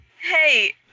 Hey